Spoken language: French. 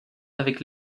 avec